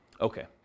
Okay